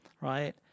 right